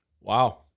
wow